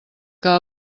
que